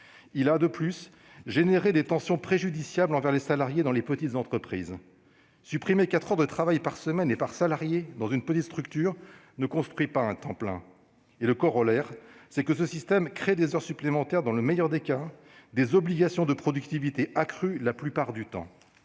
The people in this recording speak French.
Elle a, de plus, engendré des tensions préjudiciables envers les salariés dans les petites entreprises. Supprimer quatre heures de travail par semaine et par salarié dans une petite structure ne construit pas un temps plein. Le corollaire de cette réforme est la création d'heures supplémentaires dans le meilleur des cas. Elle s'accompagne d'une obligation de productivité accrue la plupart du temps.